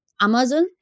Amazon